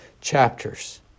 chapters